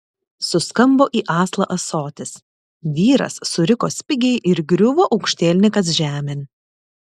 suskambo į aslą ąsotis vyras suriko spigiai ir griuvo aukštielninkas žemėn